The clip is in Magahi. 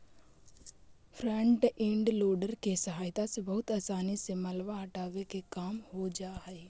फ्रन्ट इंड लोडर के सहायता से बहुत असानी से मलबा हटावे के काम हो जा हई